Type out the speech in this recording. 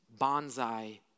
bonsai